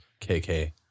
KK